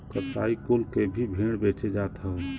कसाई कुल के भी भेड़ बेचे जात हौ